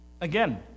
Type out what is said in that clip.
Again